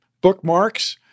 bookmarks